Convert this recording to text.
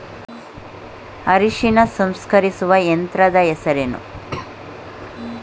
ಅರಿಶಿನ ಸಂಸ್ಕರಿಸುವ ಯಂತ್ರದ ಹೆಸರೇನು?